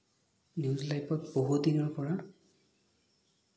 news লাইভত বহুদিনৰ পৰা